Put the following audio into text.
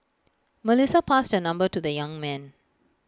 Melissa passed her number to the young man